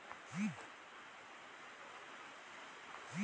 जेन भी बिदेशी राजा ह इहां राज करिस ओ ह इहां के दउलत ल खुब बउरिस